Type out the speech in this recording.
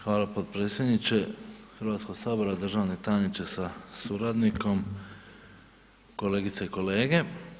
Hvala potpredsjedniče Hrvatskoga sabora, državni tajniče sa suradnikom, kolegice i kolege.